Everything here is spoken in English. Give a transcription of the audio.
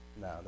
no